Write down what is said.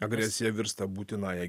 agresija virsta būtinąja